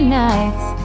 nights